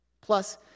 Plus